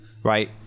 Right